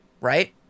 right